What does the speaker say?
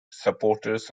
supporters